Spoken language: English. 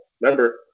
remember